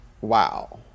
wow